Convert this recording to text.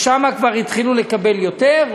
ואז כבר התחילו לקבל יותר,